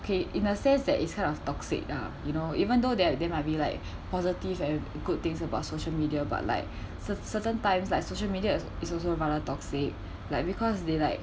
okay in a sense that it's kind of toxic ah you know even though that there might be like positive and good things about social media but like cer~ certain times like social media is is also rather toxic like because they like